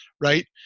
right